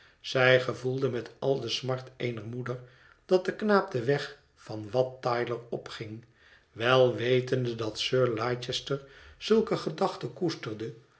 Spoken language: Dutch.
zij gevoelde met al de smart eener moeder dat de knaap den weg van wat tyler opging wel wetende dat sir leicester zulke gedachten koesterde